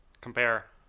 Compare